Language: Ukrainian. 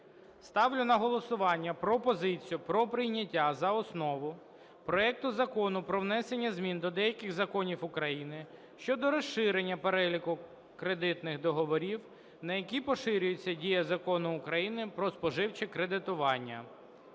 Ставлю на голосування пропозицію про прийняття за основу проекту Закону про внесення змін до деяких законів України щодо розширення переліку кредитних договорів, на які поширюється дія Закону України "Про споживче кредитування"